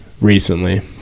recently